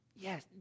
Yes